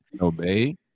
obey